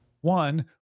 one